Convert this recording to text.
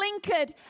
blinkered